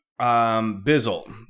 Bizzle